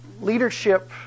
leadership